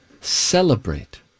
Celebrate